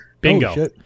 Bingo